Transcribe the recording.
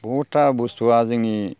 बहुदथा बुस्तुआ जोंनि